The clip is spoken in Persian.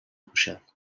پوشن